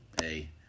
hey